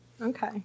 Okay